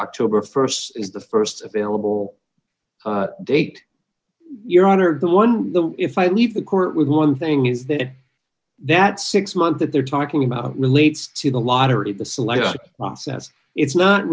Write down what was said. october st is the st available date your honor the one the if i leave the court with one thing is that that six month that they're talking about relates to the lottery the selection process it's not